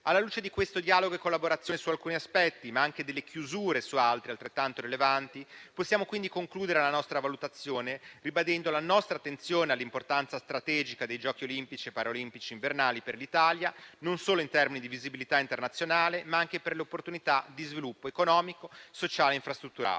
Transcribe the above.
Alla luce di questo dialogo e di questa collaborazione su alcuni aspetti, ma anche delle chiusure su altri altrettanto rilevanti, possiamo quindi concludere la nostra valutazione ribadendo la nostra attenzione all'importanza strategica dei Giochi olimpici e paralimpici invernali per l'Italia, non solo in termini di visibilità internazionale, ma anche per le opportunità di sviluppo economico, sociale e infrastrutturale.